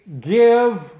give